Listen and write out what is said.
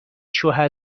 شوهر